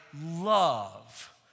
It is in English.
love